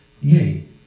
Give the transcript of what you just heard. Yea